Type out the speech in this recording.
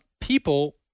people